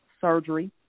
surgery